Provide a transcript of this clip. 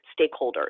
stakeholders